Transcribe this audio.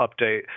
update